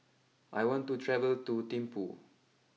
I want to travel to Thimphu